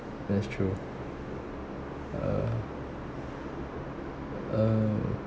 it's true uh uh